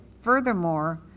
Furthermore